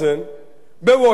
ב"וושינגטון פוסט"